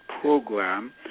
program